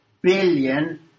billion